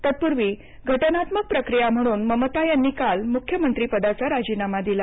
तत्पूर्वी घटनात्मक प्रक्रिया म्हणून ममता यांनी काल मुख्यमंत्री पदाचा राजीनामा दिला